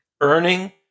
earning